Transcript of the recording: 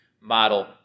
model